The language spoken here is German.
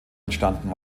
entstanden